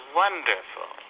wonderful